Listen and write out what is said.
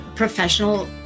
professional